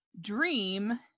dream